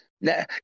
now